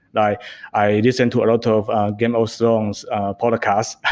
and i i listen to a lot of gemstones podcasts,